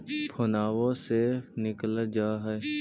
फोनवो से निकल जा है?